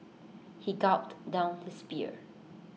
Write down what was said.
he gulped down his beer